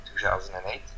2008